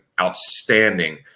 outstanding